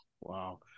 Wow